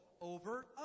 over